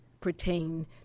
pertain